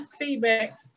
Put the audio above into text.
feedback